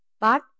but